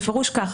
בפירוש כך.